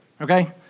okay